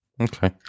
okay